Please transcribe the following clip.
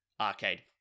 arcade